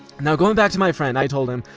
now going back to my friend, i told him,